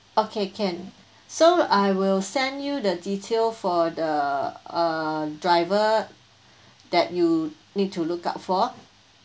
okay can so I will send you the detail for the uh driver that you need to look out for